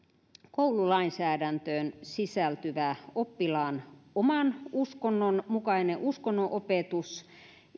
koululainsäädäntöön sisältyvän oppilaan oman uskonnon mukaisen uskonnonopetuksen